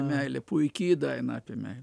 meilė puiki daina apie meilę